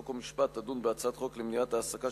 חוק ומשפט תדון בהצעת חוק למניעת העסקה